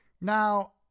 Now